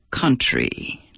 country